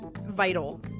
vital